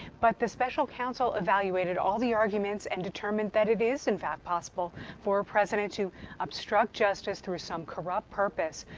but the special counsel evaluated all the arguments and determined that it is in fact possible for a president to obstruct justice through some corrupt purpose.